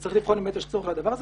צריך לבחון אם יש צורך בדבר הזה.